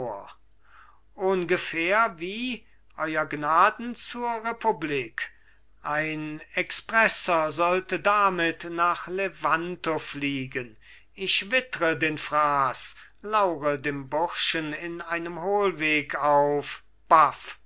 ohngefähr wie euer gnaden zur republik ein expresser sollte damit nach levanto fliegen ich wittre den fraß laure dem burschen in einem hohlweg auf baff